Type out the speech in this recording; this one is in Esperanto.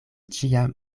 ĉiam